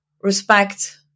respect